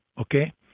okay